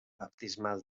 baptismal